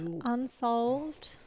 unsolved